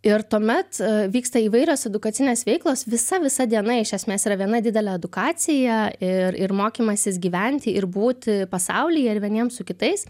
ir tuomet vyksta įvairios edukacinės veiklos visa visa diena iš esmės yra viena didelė edukacija ir ir mokymasis gyventi ir būti pasaulyje ir vieniems su kitais